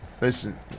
Listen